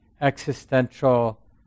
existential